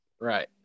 Right